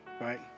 right